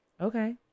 okay